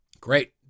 Great